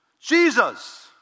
Jesus